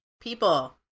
People